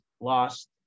lost